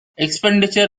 expenditure